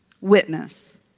witness